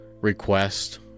request